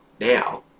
now